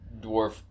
dwarf